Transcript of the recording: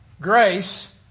Grace